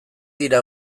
dira